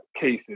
cases